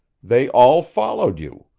they all followed you.